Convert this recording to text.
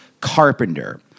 carpenter